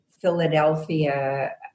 Philadelphia